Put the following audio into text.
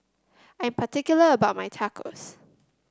I'm particular about my Tacos